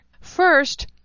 First